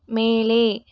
மேலே